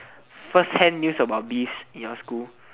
firsthand news about this in your school